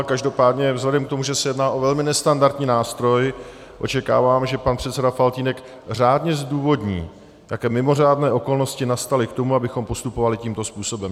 Každopádně vzhledem k tomu, že se jedná o velmi nestandardní nástroj, očekávám, že pan předseda Faltýnek řádně zdůvodní, jaké mimořádné okolnosti nastaly k tomu, abychom postupovali tímto způsobem.